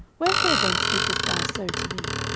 wherefore then speakest thou so to me?